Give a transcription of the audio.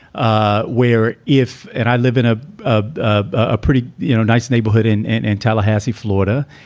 ah where if and i live in a ah ah pretty you know nice neighborhood in and and tallahassee, florida,